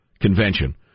convention